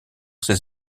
ses